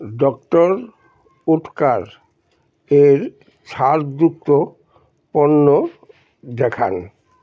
doctor Oetker এর ছাড়যুক্ত পণ্য দেখান